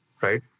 right